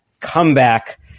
comeback